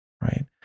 right